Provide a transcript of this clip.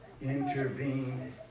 intervene